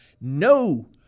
No